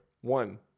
one